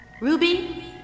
Ruby